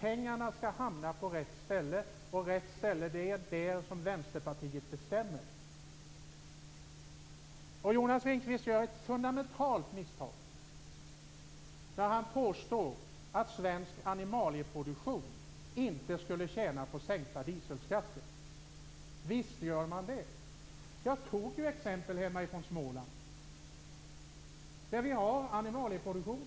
Pengarna skall hamna på rätt ställe, och rätt ställe är det som Vänsterpartiet bestämmer sig för. Jonas Ringqvist gör ett fundamentalt misstag när han påstår att svensk animalieproduktion inte skulle tjäna på sänkta dieselskatter. Visst gör man det. Jag tog ju upp exempel hemifrån Småland. Där har vi animalieproduktion.